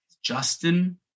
Justin